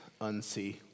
unsee